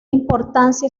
importancia